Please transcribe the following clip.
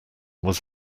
was